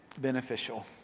beneficial